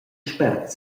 spert